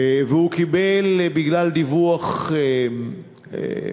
והוא קיבל בגלל דיווח מוטעה,